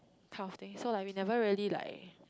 that kind of thing so we never really like